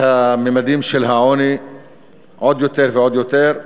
את הממדים של העוני עוד יותר ועוד יותר.